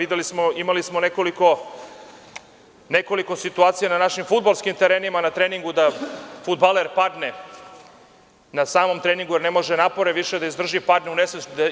Imali smo nekoliko situacija na našim fudbalskim terenima na treningu da fudbaler padne na samom treningu, jer ne može napore više da izdrži, padne u nesvest.